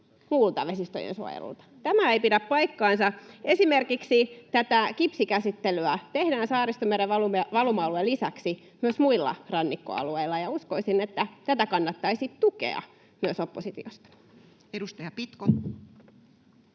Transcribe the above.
Tämä ei pidä paikkaansa. Esimerkiksi tätä kipsikäsittelyä tehdään Saaristomeren valuma-alueen lisäksi myös muilla rannikkoalueilla, ja uskoisin, että tätä kannattaisi tukea myös oppositiosta. [Speech 74]